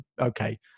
okay